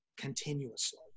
continuously